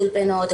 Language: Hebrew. אולפנות,